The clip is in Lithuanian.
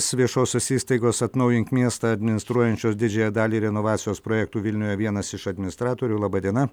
viešosios įstaigos atnaujink miestą administruojančios didžiąją dalį renovacijos projektų vilniuje vienas iš administratorių laba diena